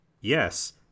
Yes